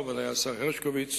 בממשלה, ובוודאי השר הרשקוביץ,